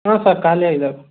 ಹಾಂ ಸರ್ ಖಾಲಿ ಆಗಿದಾವೆ